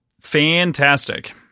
fantastic